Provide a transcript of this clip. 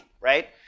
Right